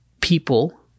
people